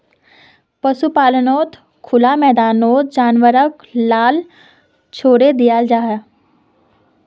पशुपाल्नोत खुला मैदानोत जानवर लाक छोड़े दियाल जाहा